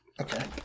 Okay